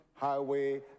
Highway